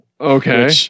Okay